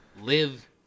live